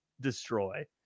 destroy